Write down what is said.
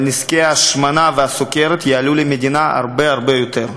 אבל נזקי ההשמנה והסוכרת יעלו למדינה הרבה הרבה יותר,